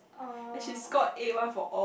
oh